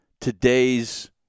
today's